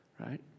Right